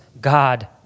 God